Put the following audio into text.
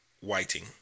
whiting